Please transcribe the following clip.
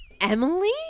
Emily